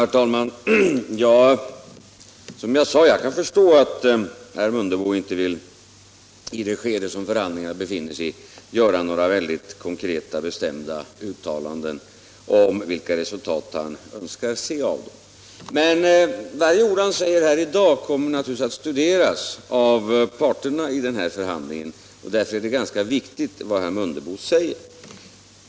Herr talman! Som jag sade kan jag förstå att herr Mundebo i det skede som förhandlingarna befinner sig i inte vill göra några konkreta och bestämda uttalanden om vilka resultat han önskar se av dem. Men varje ord av herr Mundebo här i dag kommer naturligtvis att studeras av parterna i den här förhandlingen, och därför är det ganska viktigt vad han säger.